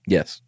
Yes